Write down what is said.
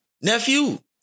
nephew